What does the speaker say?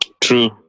True